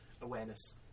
awareness